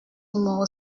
numéro